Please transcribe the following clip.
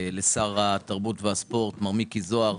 לשר התרבות והספורט מר מיקי זוהר,